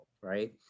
right